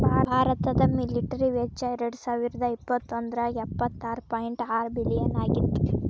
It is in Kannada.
ಭಾರತದ ಮಿಲಿಟರಿ ವೆಚ್ಚ ಎರಡಸಾವಿರದ ಇಪ್ಪತ್ತೊಂದ್ರಾಗ ಎಪ್ಪತ್ತಾರ ಪಾಯಿಂಟ್ ಆರ ಬಿಲಿಯನ್ ಆಗಿತ್ತ